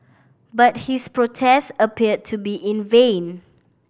but his protest appeared to be in vain